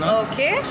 okay